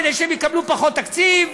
כדי שהם יקבלו פחות תקציב?